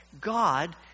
God